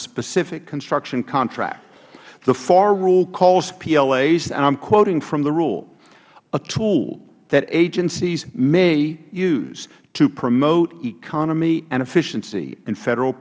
specific construction contract the far rule calls plas and i am quoting from the rule a tool that agencies may use to promote economy and efficiency in federal